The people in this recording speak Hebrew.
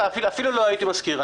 אני אפילו לא הייתי מזכיר.